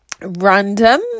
random